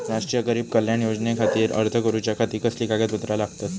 राष्ट्रीय गरीब कल्याण योजनेखातीर अर्ज करूच्या खाती कसली कागदपत्रा लागतत?